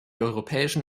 europäischen